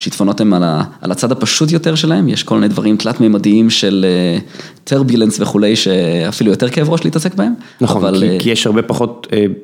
שיטפונות הן על הצד הפשוט יותר שלהן, יש כל מיני דברים תלת מימדיים של טרבילנס וכולי, שאפילו יותר כאב ראש להתעסק בהם. נכון, כי יש הרבה פחות.